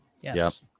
Yes